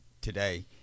today